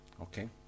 Okay